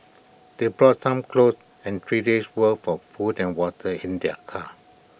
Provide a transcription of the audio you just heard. they brought some clothes and three days' worth of food and water in their car